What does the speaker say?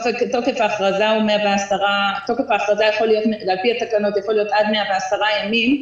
תוקף ההכרזה על-פי התקנות יכול להיות עד 110 ימים,